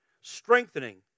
strengthening